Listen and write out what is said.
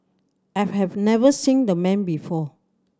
I've have never seen the man before